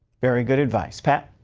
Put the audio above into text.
very good advice. pat.